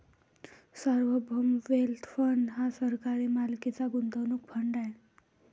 सार्वभौम wealth fund हा सरकारी मालकीचा गुंतवणूक फंड आहे